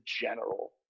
general